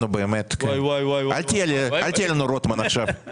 נו באמת, אל תהיה לנו רוטמן עכשיו.